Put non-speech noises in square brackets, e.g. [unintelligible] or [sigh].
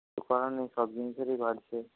[unintelligible] করার নেই সব জিনিসেরই বাড়ছে